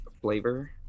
flavor